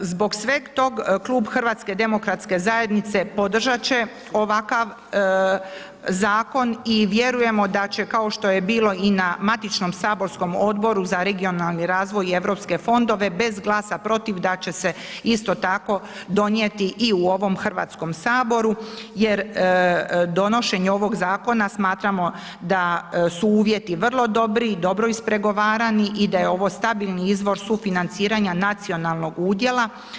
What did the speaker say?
Zbog sveg tog, Klub HDZ-a podržat će ovakav zakon i vjerujemo da će kao što je bilo i na matičnom saborskom Odboru za regionalni razvoj i europske fondove, bez glasa protiv da će se, isto tako, donijeti i u ovom HS-u jer donošenje ovog zakona, smatramo da su uvjeti vrlo dobro i dobro ispregovarani i da je ovo stabilni izvor sufinanciranja nacionalnog udjela.